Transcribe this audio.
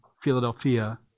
Philadelphia